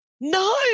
No